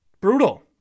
brutal